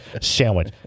sandwich